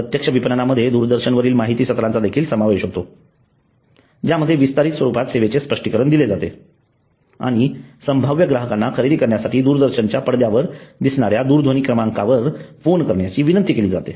प्रत्यक्ष विपणनामध्ये दूरदर्शन वरील माहिती सत्रांचा देखील समावेश होतो ज्यामध्ये विस्तारित स्वरूपात सेवेचे स्पष्टीकरण दिले जाते आणि संभाव्य ग्राहकांना खरेदी करण्यासाठी दूरदर्शनच्या पडद्यावर दिसणाऱ्या दूरध्वनी क्रमांकावर फोन करण्याची विनंती केली जाते